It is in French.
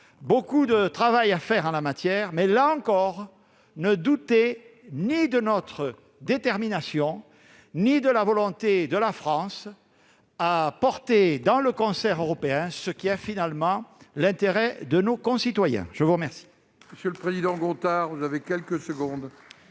beaucoup de travail à faire en la matière, mais, là encore, ne doutez ni de notre détermination ni de la volonté de la France à porter dans le concert européen ce qui relève finalement de l'intérêt de nos concitoyens. La parole